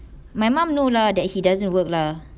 my mum know lah that he doesn't work lah